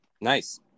Nice